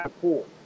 pool